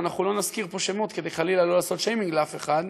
ואנחנו לא נזכיר פה שמות כדי חלילה לא לעשות שיימינג לאף אחד,